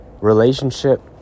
Relationship